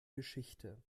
geschichte